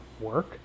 work